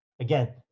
Again